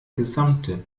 gesamte